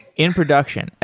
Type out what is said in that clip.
in production.